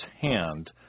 hand